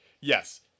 Yes